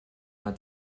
hat